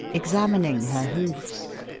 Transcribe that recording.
examining her hoofs.